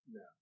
no